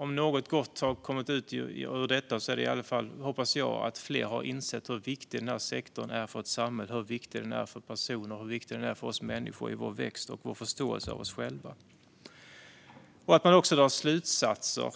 Om något gott har kommit ut ur detta hoppas jag att det är att fler har insett hur viktig den här sektorn är för samhället, för personer och för oss människor i vår växt och vår förståelse av oss själva, och att man också drar slutsatser